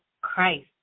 Christ